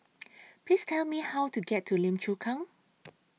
Please Tell Me How to get to Lim Chu Kang